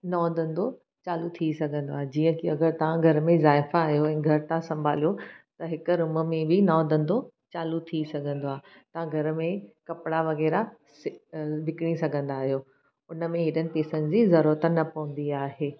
नओं धंधो चालू थी सघंदो आहे जीअं की अगरि तव्हां घर में जाइफ़ा आहियो घरु था संभालियो त हिकु रूम में बि नओं धंधो चालू थी सघंदो आहे तव्हां घर में कपिड़ा वग़ैरह सि विकिणी सघंदा आहियो उन में हेॾनि पैसनि जी ज़रूरत न पवंदी आहे